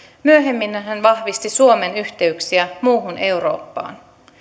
myöhemmin hän vahvisti suomen yhteyksiä muuhun eurooppaan